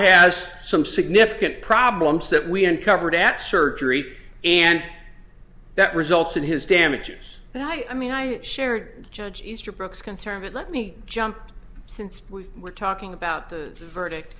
has some significant problems that we uncovered at surgery and that results in his damages and i mean i shared judge easterbrook is concerned it let me jump since we were talking about the verdict